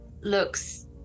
looks